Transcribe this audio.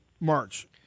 March